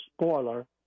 spoiler